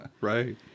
Right